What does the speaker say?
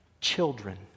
Children